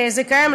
זה קיים,